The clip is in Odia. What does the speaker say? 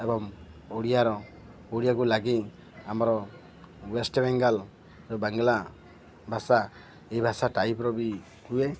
ଏବଂ ଓଡ଼ିଆର ଓଡ଼ିଆକୁ ଲାଗି ଆମର ୱେଷ୍ଟ ବେଙ୍ଗଲର ବାଙ୍ଗଲା ଭାଷା ଏଇ ଭାଷା ଟାଇପ୍ର ବି ହୁଏ